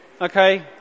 okay